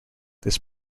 this